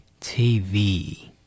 TV